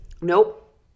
Nope